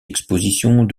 expositions